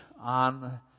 on